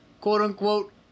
quote-unquote